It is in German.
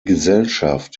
gesellschaft